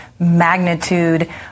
magnitude